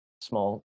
small